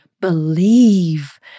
believe